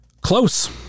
Close